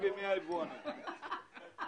הוא גורם מקצועי פר אקסלנס